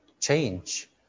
change